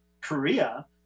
Korea